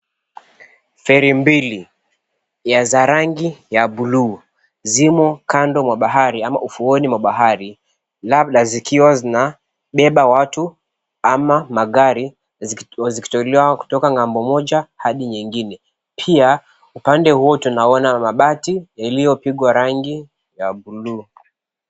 Feri mbili za rangi ya buluu zimo kando mwa bahari ama ufuoni mwa bahari labda zikiwa zinabeba watu ama magari zikitolewa kutoka ng'ambo moja hadi nyingine. Pia upande huo tunaona mabati iliyopigwa rangi ya buluu.